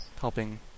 helping